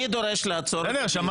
אני דורש לעצור את הדיון.